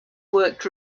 worked